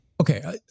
Okay